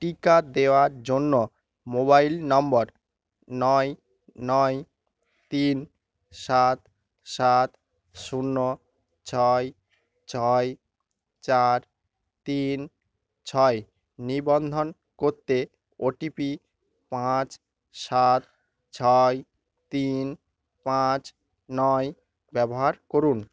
টিকা দেওয়ার জন্য মোবাইল নম্বর নয় নয় তিন সাত সাত শূন্য ছয় ছয় চার তিন ছয় নিবন্ধন করতে ওটিপি পাঁচ সাত ছয় তিন পাঁচ নয় ব্যবহার করুন